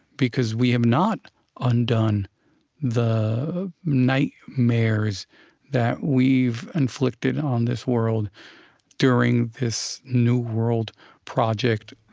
because we have not undone the nightmares that we've inflicted on this world during this new world project